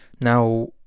Now